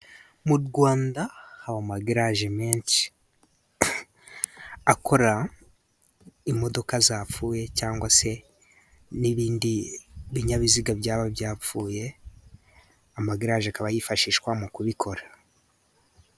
Mu Rwanda haba amagaraje menshi, akora imodoka zapfuye cyangwa se n'ibindi binyabiziga byapfuye, amagaraje akaba yifashishwa mu kubikora.